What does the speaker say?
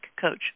coach